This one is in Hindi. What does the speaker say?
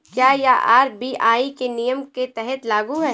क्या यह आर.बी.आई के नियम के तहत लागू है?